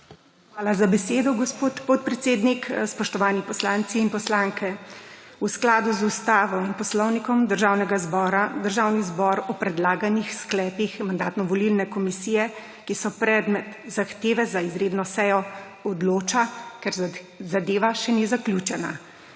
Hvala za besedo, gospod podpredsednik. Spoštovani poslanci in poslanke! V skladu z Ustavo in Poslovnikom Državnega zbora, Državni zbor o predlaganih sklepih Mandatno-volilne komisije, ki so predmet zahteve za izredno sejo odloča, ker zadeva še ni zaključena.